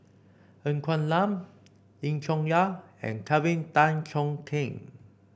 Ng Quee Lam Lim Chong Yah and Tan Cheong Kheng